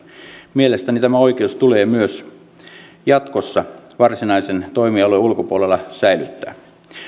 mielestäni tämä oikeus tulee myös jatkossa varsinaisen toimialueen ulkopuolella säilyttää